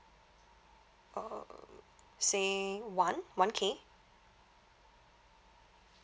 um saying one one K